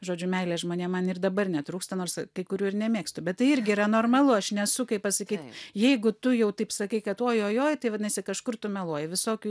žodžiu meilės žmonėm man ir dabar netrūksta nors kai kurių ir nemėgstu bet tai irgi yra normalu aš nesu kaip pasakyt jeigu tu jau taip sakai kad ojojoj tai vadinasi kažkur tu meluoji visokių